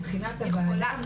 מבחינת הוועדה,